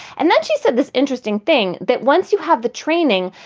and then she said this interesting thing that once you have the training,